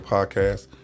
Podcast